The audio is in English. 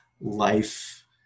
life